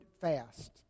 fast